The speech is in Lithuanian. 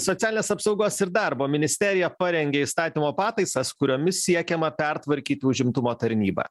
socialinės apsaugos ir darbo ministerija parengė įstatymo pataisas kuriomis siekiama pertvarkyti užimtumo tarnybą